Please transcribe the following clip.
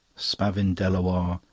spavin delawarr,